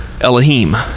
Elohim